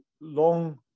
long